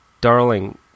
darling